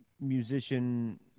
musician